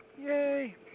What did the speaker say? Yay